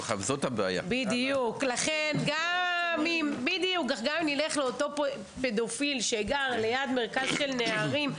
לכן גם אם נלך לאותו פדופיל שגר ליד מרכז של נערים,